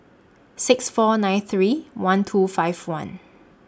six four nine three one two five one